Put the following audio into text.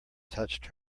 touched